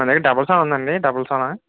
మన దగ్గర డబల్ సొనా ఉందా అండి డబల్ సొన